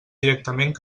directament